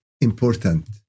important